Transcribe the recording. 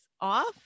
off